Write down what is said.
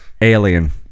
alien